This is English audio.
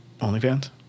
OnlyFans